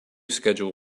schedule